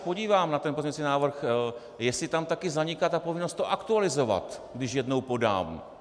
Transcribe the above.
Podívám se na pozměňovací návrh, jestli tam také zaniká povinnost to aktualizovat, když jednou podám.